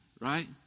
right